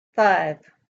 five